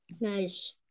Nice